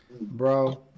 Bro